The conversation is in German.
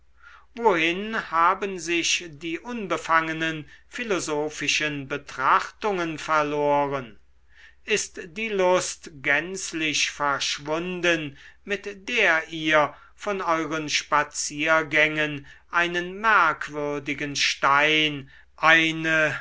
wohin haben sich die unbefangenen philosophischen betrachtungen verloren ist die lust gänzlich verschwunden mit der ihr von euren spaziergängen einen merkwürdigen stein eine